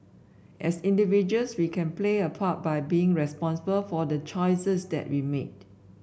as individuals we can play a part by being responsible for the choices that we made